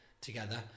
together